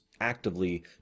actively